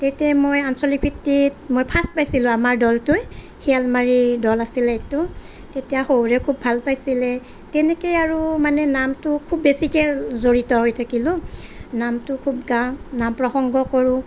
তেতিয়াই মই আঞ্চলিক ভিত্তিত মই ফাৰ্ষ্ট পাইছিলোঁ আমাৰ দলটোৱে শিয়ালমাৰী দল আছিলে এইটো তেতিয়া শহুৰে খুব ভাল পাইছিলে তেনেকে আৰু মানে নামটো খুব বেছিকে জড়িত হৈ থাকিলোঁ নামটো খুব গাওঁ নাম প্ৰসংগ কৰোঁ